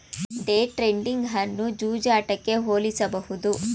day trading ಅನ್ನು ಜೂಜಾಟಕ್ಕೆ ಹೋಲಿಸಬಹುದು